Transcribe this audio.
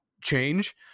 change